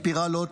ספירלות,